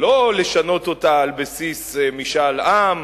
ולא לשנות אותה על בסיס משאל עם,